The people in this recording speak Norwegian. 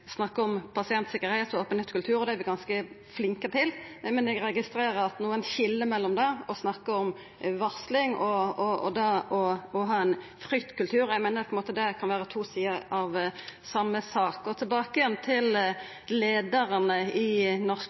og det er vi ganske flinke til – men eg registrerer at nokon skil mellom det å snakka om varsling og det å ha ein fryktkultur. Eg meiner at det på ein måte kan vera to sider av same sak. Tilbake til leiarane i norske